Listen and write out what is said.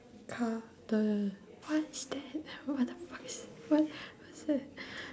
car the what is that what the fuck is that what's that